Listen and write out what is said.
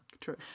True